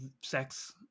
sex